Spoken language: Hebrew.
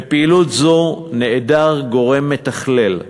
מפעילות זו נעדר גורם מתכלל,